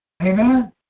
Amen